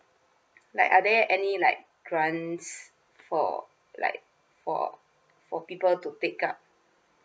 like are there any like grants for like for for people to pick up